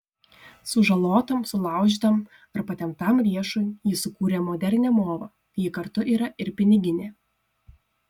sužalotam sulaužytam ar patemptam riešui ji sukūrė modernią movą ji kartu yra ir piniginė